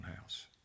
house